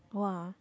!wah!